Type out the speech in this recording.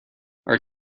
are